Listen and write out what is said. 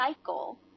cycle